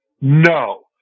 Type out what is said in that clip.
No